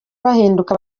bahinduka